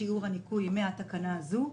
לשיעור הניכוי מן התקנה הזו,